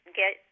get